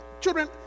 children